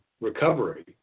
recovery